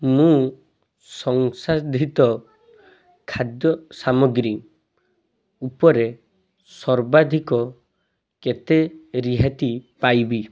ମୁଁ ସଂସାଧିତ ଖାଦ୍ୟ ସାମଗ୍ରୀ ଉପରେ ସର୍ବାଧିକ କେତେ ରିହାତି ପାଇବି